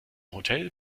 hotel